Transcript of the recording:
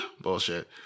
bullshit